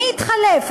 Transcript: מי התחלף?